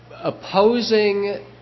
opposing